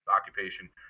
occupation